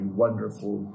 wonderful